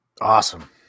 Awesome